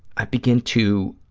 i begin to